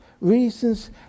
reasons